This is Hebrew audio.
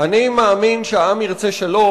אני מאמין שהעם ירצה שלום,